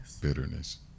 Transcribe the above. Bitterness